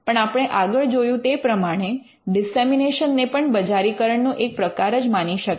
પણ આપણે આગળ જોયું તે પ્રમાણે ડિસેમિનેશન ને પણ બજારીકરણ નો એક પ્રકાર જ માની શકાય